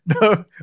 No